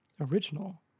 original